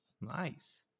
Nice